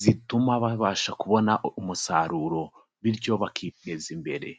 zituma babasha kubona umusaruro bityo bakiteza imbere.